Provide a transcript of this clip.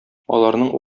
аларның